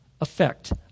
effect